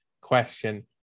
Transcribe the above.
question